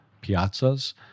piazzas